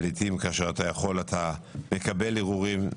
ולעיתים כאשר אתה יכול אתה מקבל ערעורים,